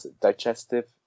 digestive